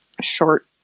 short